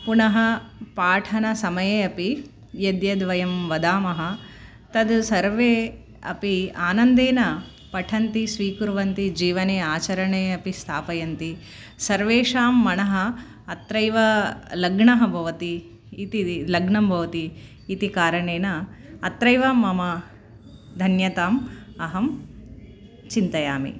पुनः पाठन समये अपि यद्यद्वयं वदामः तत् सर्वे अपि आनन्देन पठन्ति स्वीकुर्वन्ति जीवने आचरणे अपि स्थापयन्ति सर्वेषां मनः अत्रैव लग्नः भवति इति लग्नं भवति इति कारणेन अत्रैव मम धन्यतां अहं चिन्तयामि